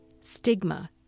stigma